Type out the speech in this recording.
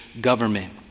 government